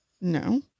No